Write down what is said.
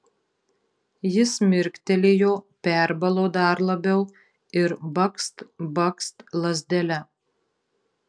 jis mirktelėjo perbalo dar labiau ir bakst bakst lazdele